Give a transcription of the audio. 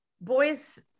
boys